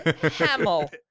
Hamill